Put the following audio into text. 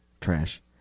trash